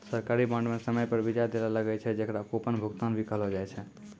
सरकारी बांड म समय पर बियाज दैल लागै छै, जेकरा कूपन भुगतान भी कहलो जाय छै